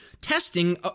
testing